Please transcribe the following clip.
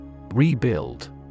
Rebuild